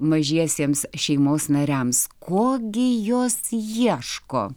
mažiesiems šeimos nariams ko gi jos ieško